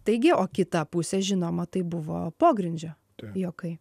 taigi o kita pusė žinoma tai buvo pogrindžio juokai